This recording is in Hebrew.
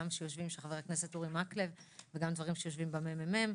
של חבר הכנסת אורי מקלב וגם דברים שיושבים בממ"מ,